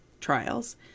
trials